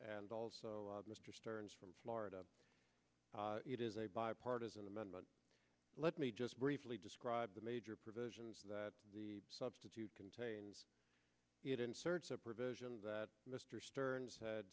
and also mr stearns from florida it is a bipartisan amendment let me just briefly describe the major provisions that the substitute contains it inserts a provision that mr stearns had